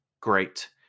great